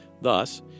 Thus